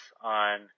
on